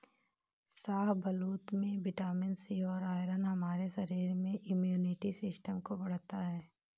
शाहबलूत में vitamin C और आयरन हमारे शरीर में इम्युनिटी सिस्टम को बढ़ता है